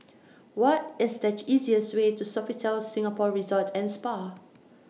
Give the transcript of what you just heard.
What IS The easiest Way to Sofitel Singapore Resort and Spa